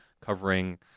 covering